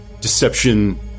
deception